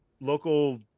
local